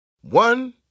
One